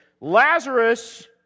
Lazarus